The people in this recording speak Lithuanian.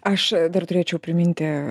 aš dar turėčiau priminti